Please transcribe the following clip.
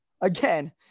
again